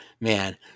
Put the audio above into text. man